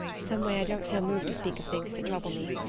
some way i don't feel moved to speak of things that trouble me.